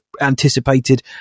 anticipated